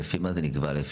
לפי מה נקבע המספר 300?